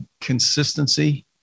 consistency